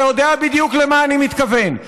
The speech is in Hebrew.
אתה יודע בדיוק למה אני מתכוון,